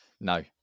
No